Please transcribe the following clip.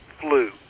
flu